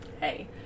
hey